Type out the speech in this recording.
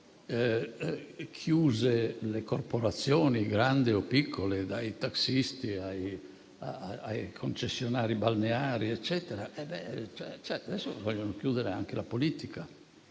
chiuse le corporazioni, grandi o piccole, dai tassisti ai concessionari balneari, e adesso vogliono chiudere anche la politica